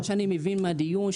מה שאני מבין מהדיון,